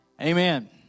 Amen